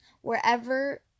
wherever